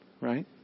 right